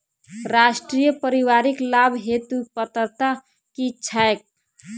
राष्ट्रीय परिवारिक लाभ हेतु पात्रता की छैक